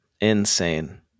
Insane